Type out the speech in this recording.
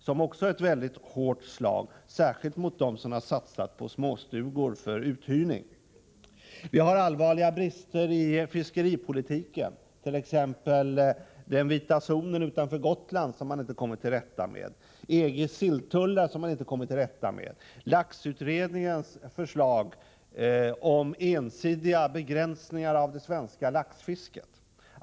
Detta är också ett mycket hårt slag särskilt mot dem som har satsat på småstugor för uthyrning. Vidare kan jag peka på allvarliga brister i fiskeripolitiken — t.ex. den vita zonen utanför Gotland och EG:s silltullar som man inte kan komma till rätta med och laxutredningens förslag om ensidiga begränsningar av det svenska laxfisket.